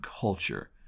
culture